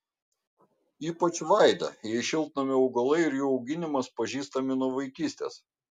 ypač vaida jai šiltnamio augalai ir jų auginimas pažįstami nuo vaikystės